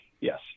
yes